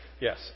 Yes